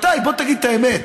בוא תגיד את האמת.